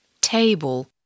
Table